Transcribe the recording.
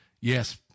Yes